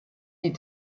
die